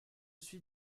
suis